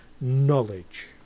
knowledge